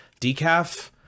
decaf